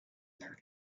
their